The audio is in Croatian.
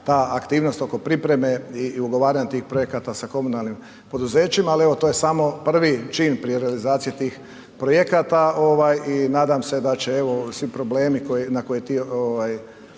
ta aktivnost oko pripreme i ugovaranja tih projekata sa komunalnim poduzećima, ali evo to je samo prvi čin prije realizacije tih projekata i nadam se da će evo svi problemi na koje